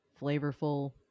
flavorful